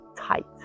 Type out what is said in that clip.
tight